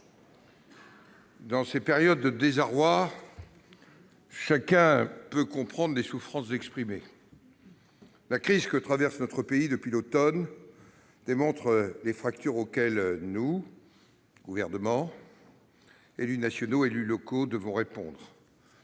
dans ces périodes de désarroi, chacun peut comprendre les souffrances exprimées. La crise que traverse notre pays depuis l'automne dernier montre les fractures auxquelles le Gouvernement, les élus nationaux et les élus locaux doivent répondre